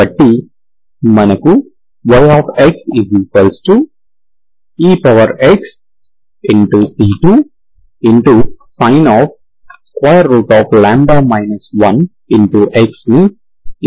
కాబట్టి మనకు yxexc2 sinλ 1x వస్తుంది